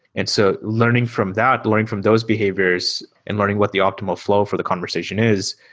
and so, learning from that, learning from those behaviors and learning what the optimal flow for the conversation is,